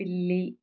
పిల్లి